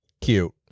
Cute